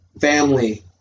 family